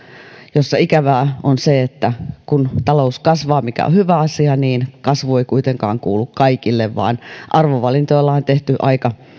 jossa ikävää on se että kun talous kasvaa mikä on hyvä asia niin kasvu ei kuitenkaan kuulu kaikille vaan arvovalintoja on tehty aika